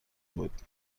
بود